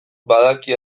badaki